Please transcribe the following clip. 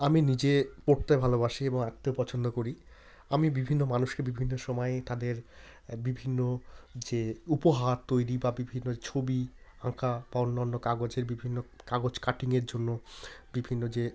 আমি নিজে পড়তে ভালোবাসি এবং আঁকতেও পছন্দ করি আমি বিভিন্ন মানুষকে বিভিন্ন সময়ে তাদের বিভিন্ন যে উপহার তৈরি বা বিভিন্ন ছবি আঁকা বা অন্যান্য কাগজের বিভিন্ন কাগজ কাটিংয়ের জন্য বিভিন্ন যে